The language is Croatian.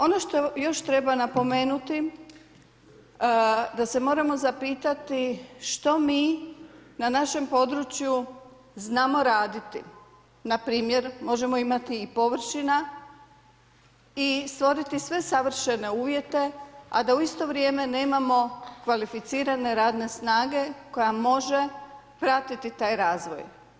Ono što još treba napomenuti da se moramo zapitati što mi na našem području znamo raditi, npr. možemo imati i površina i stvoriti sve savršene uvjete, a da u isto vrijeme nemamo kvalificirane radne snage koja može pratiti taj razvoj.